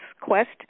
quest